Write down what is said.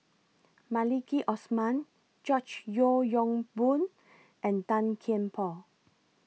Maliki Osman George Yeo Yong Boon and Tan Kian Por